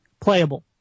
playable